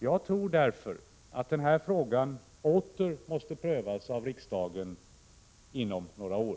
Jag tror därför att den här frågan åter måste prövas av riksdagen inom några år.